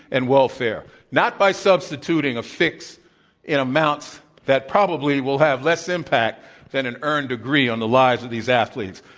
and welfare not by substituting a fix in amounts that probably will have less impact than an earned degree on the lives of these athletes.